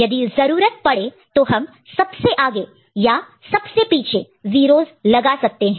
यदि जरूरत पड़े तो हम सबसे आगे लीडिंग leading और सबसे पीछे सकसीडिंग suceeding 0's लगा सकते हैं